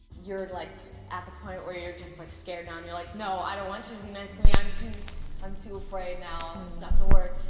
you're like at the point where you're just like scared now and you're like no, i don't want you to be nice to me. i'm too i'm too afraid now. it's not gonna work.